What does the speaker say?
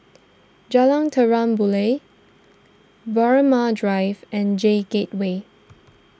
Jalan Terang Bulan Braemar Drive and J Gateway